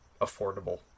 affordable